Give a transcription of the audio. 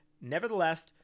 Nevertheless